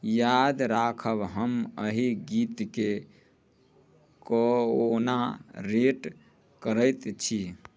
याद राखब हम एहि गीतके कोना रेट करै छी